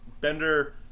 Bender